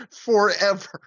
forever